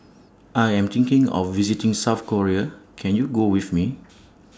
I Am thinking of visiting South Korea Can YOU Go with Me